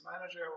manager